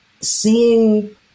seeing